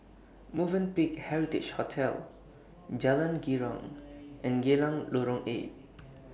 Movenpick Heritage Hotel Jalan Girang and Geylang Lorong eight